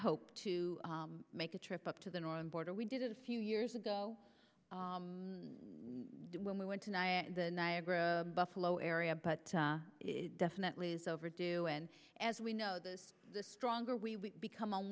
hope to make a trip up to the northern border we did it a few years ago when we went to ny and the niagara buffalo area but it definitely is overdue and as we know this the stronger we become